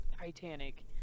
Titanic